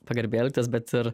pagarbiai elgtis bet ir